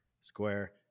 square